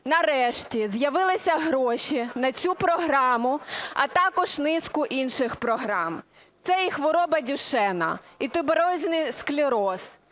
нарешті з'явилися гроші на цю програму, а також низку інших програм – це і хвороба Дюшена і туберозний склероз,